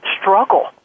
struggle